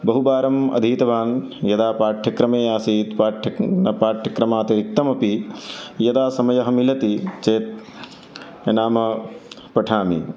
बहुवारम् अधीतवान् यदा पाठ्यक्रमे आसीत् पाठ्य न पाठ्यक्रमात् क्तमपि यदा समयः मिलति चेत् नाम पठामि